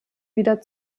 wieder